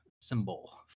symbol